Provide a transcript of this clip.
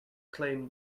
claimed